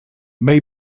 may